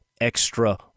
extra